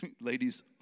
Ladies